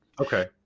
Okay